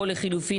או לחילופים,